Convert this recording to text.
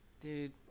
Dude